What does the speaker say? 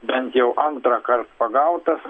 bent jau antrąkart pagautas